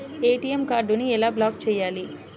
ATM కార్డుని ఎలా block చేయాలి?